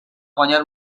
guanyar